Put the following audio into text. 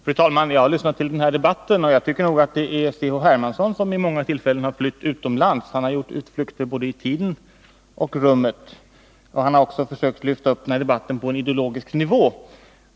Fru talman! Jag har lyssnat till den här debatten, och jag tycker att det är C.-H. Hermansson som vid många tillfällen har flytt utomlands. Han har gjort utflykter både i tiden och i rummet. Han har också försökt lyfta upp debatten på en ideologisk nivå.